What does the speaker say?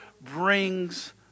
brings